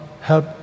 help